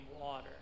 water